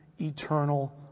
eternal